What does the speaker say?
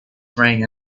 rang